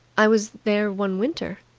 i was there one winter.